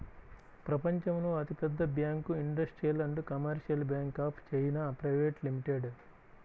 ప్రపంచంలో అతిపెద్ద bank industrial and commercial bank of China private limited